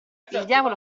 diavolo